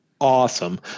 Awesome